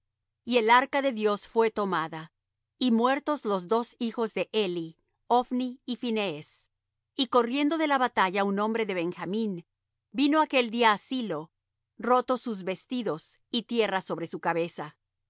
y el arca de dios fué tomada y muertos los dos hijos de eli ophni y phinees y corriendo de la batalla un hombre de benjamín vino aquel día á silo rotos sus vestidos y tierra sobre su cabeza